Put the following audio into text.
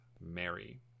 Mary